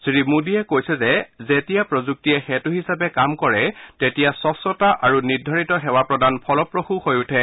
শ্ৰীমোদীয়ে কৈছে যে যেতিয়া প্ৰযুক্তিয়ে সেতৃ হিচাপে কাম কৰে তেতিয়া স্বছতা আৰু নিৰ্ধাৰিত সেৱা প্ৰদান ফলপ্ৰসূ হৈ উঠে